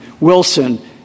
Wilson